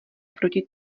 proti